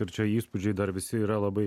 ir čia įspūdžiai dar visi yra labai